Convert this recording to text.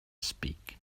speak